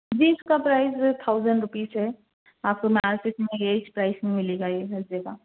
جی اس کا price thousand rupees جو ہے آپ کو مارکیٹ میں یہی اچ پرائز میں ملے گا یہ ہر جگہ